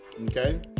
okay